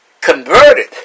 converted